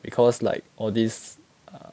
because like all this err